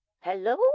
hello